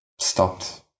Stopped